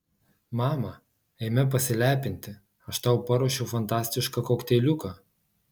mama eime pasilepinti aš tau paruošiau fantastišką kokteiliuką